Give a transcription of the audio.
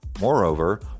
Moreover